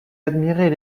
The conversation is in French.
admirait